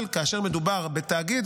אבל כאשר מדובר בתאגיד,